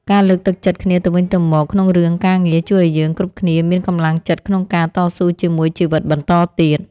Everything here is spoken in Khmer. ការលើកទឹកចិត្តគ្នាទៅវិញទៅមកក្នុងរឿងការងារជួយឱ្យយើងគ្រប់គ្នាមានកម្លាំងចិត្តក្នុងការតស៊ូជាមួយជីវិតបន្តទៀត។